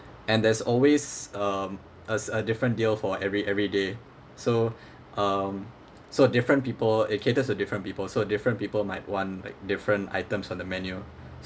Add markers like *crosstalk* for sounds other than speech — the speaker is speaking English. and there's always um as a different deal for every every day so *breath* um so different people it caters to different people so different people might want like different items on the menu